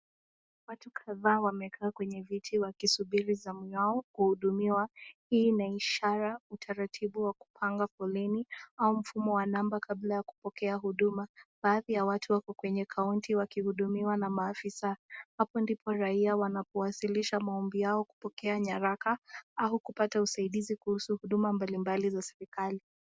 Watu kadhaa wamekaa kwa viti wakisubiri zamu yao kuhudumiwa hii ina ishara utaratibu wa kupanga foleni au mfumo wa namba kabla ya kupokea huduma. Baadhi ya watu wako kwenye counter wakihudumiwa na maafisa. Hapo ndipo raia wanapowazilisha maombi yao, kupokea nyaraka au kupata usaidizi kuhusu huduma mbalimbali za serikali.